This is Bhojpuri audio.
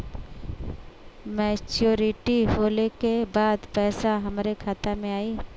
मैच्योरिटी होले के बाद पैसा हमरे खाता में आई?